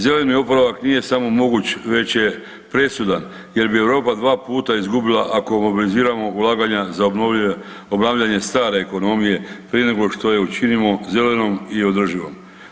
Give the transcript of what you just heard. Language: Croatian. Zeleni oporavak nije samo moguć već je presudan jer bi Europa dva puta izgubila ako mobiliziramo ulaganja za obnavljanje stare ekonomije prije nego što je učinimo zelenom i održivom.